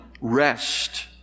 rest